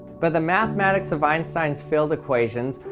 but the mathematics of einstein's field equations,